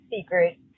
secret